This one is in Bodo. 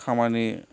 खामानि